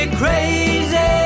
crazy